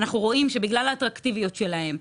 אנחנו רואים שבגלל האטרקטיביות שלהם,